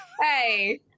hey